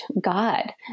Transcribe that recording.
God